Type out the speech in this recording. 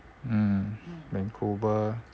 mm vancouver